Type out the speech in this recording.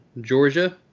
Georgia